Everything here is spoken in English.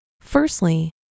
Firstly